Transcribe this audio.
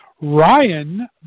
ryan